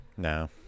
No